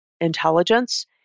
intelligence